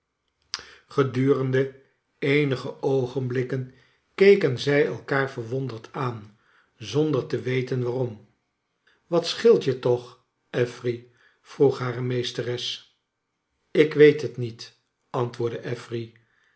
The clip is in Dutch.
gedurende eenige oogenblikken keken zij elkaar verwonderd aan zonder te weten waarom wat scheelt je toch affery vroeg hare meesteres ik weet het niet antwoordde affery